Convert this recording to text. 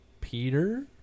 Peter